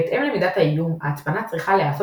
בהתאם למידת האיום ההצפנה צריכה להיעשות